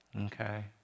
okay